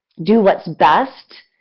do what's best?